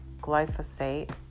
glyphosate